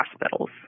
hospitals